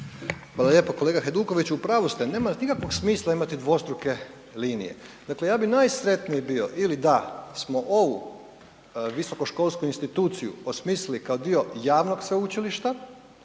Joško (SDP)** Kolega Hajdukoviću u pravu ste. Nema nikakvog smisla imati dvostruke linije. Dakle ja bi najsretniji bio ili da smo ovu visokoškolsku instituciju osmislili kao dio javnog sveučilišta